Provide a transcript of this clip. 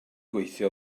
gweithio